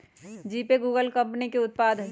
GPay Google company के उत्पाद हइ